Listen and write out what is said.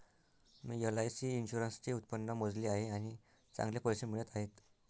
मी LIC इन्शुरन्सचे उत्पन्न मोजले आहे आणि चांगले पैसे मिळत आहेत